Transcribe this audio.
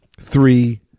three